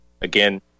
Again